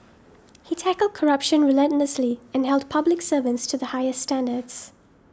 he tackled corruption relentlessly and held public servants to the highest standards